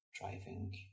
driving